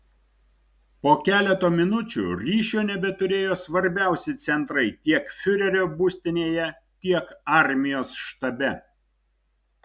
po keleto minučių ryšio nebeturėjo svarbiausi centrai tiek fiurerio būstinėje tiek armijos štabe